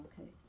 Okay